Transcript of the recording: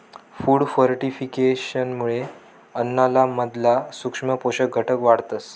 food फोर्टिफिकेशनमुये अन्नाना मधला सूक्ष्म पोषक घटक वाढतस